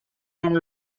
one